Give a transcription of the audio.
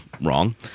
wrong